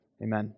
Amen